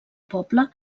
poble